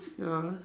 ya